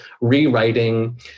rewriting